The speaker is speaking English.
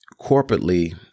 corporately